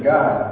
God